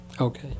Okay